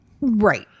right